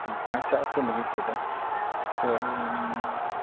ᱵᱟᱧᱪᱟᱣ ᱠᱚ ᱞᱟᱹᱜᱤᱫ ᱛᱮᱫᱚ ᱛᱚ ᱟᱹᱞᱤᱧ